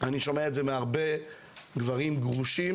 אני שומע את זה מהרבה גברים גרושים